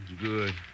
Good